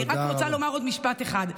אני רק רוצה לומר עוד משפט אחד.